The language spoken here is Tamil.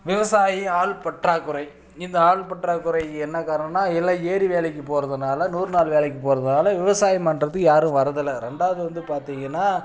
விவசாயி ஆள் பற்றாக்குறை இந்த ஆள் பற்றாக்குறைக்கு என்ன காரணம்னால் எல்லாம் ஏரி வேலைக்குப் போறதுனால் நூறு நாள் வேலைக்குப் போறதுனால் விவசாயம் பண்ணுறதுக்கு யாரும் வர்றதில்லை ரெண்டாவது வந்து பார்த்திங்கன்னா